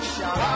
Shout